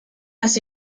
las